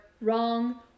wrong